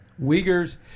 Uyghurs